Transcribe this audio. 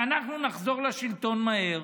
ואנחנו נחזור לשלטון מהר.